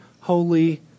holy